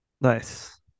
Nice